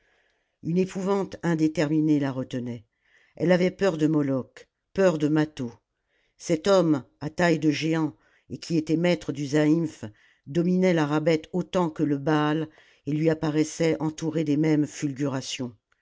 une épouvante indéterminée la retenait elle avait peur de moloch peur de mâtho cet homme à taille de géant et qui était maître du zaïmph dominait la rabbet autant que le baal et lui apparaissait entouré des mêmes